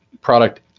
product